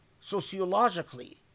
sociologically